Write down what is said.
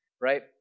Right